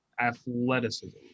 athleticism